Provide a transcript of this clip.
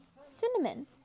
cinnamon